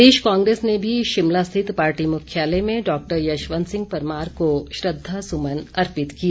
प्रदेश कांग्रेस ने भी शिमला रिथत पार्टी मुख्यालय में डॉक्टर यशवंत सिंह परमार को श्रद्धासुमन अर्पित किए